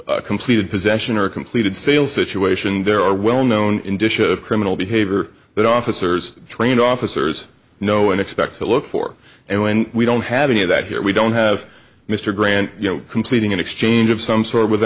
completed possession or completed sale situation there are well known in dishes of criminal behavior that officers trained officers know and expect to look for and when we don't have any of that here we don't have mr grant you know completing an exchange of some sort with